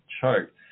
chart